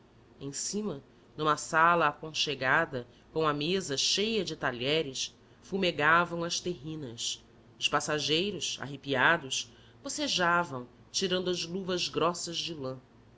em cima numa sala aconchegada com a mesa cheia de talheres fumegavam as terrinas os passageiros arrepiados bocejavam tirando as luvas grossas de lã